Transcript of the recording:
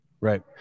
Right